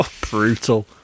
Brutal